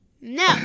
No